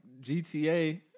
GTA